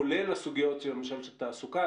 כולל הסוגיות, למשל, של תעסוקה.